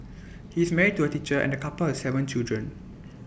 he is married to A teacher and the couple have Seven children